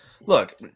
look